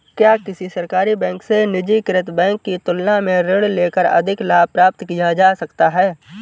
क्या किसी सरकारी बैंक से निजीकृत बैंक की तुलना में ऋण लेकर अधिक लाभ प्राप्त किया जा सकता है?